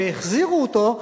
והחזירו אותו,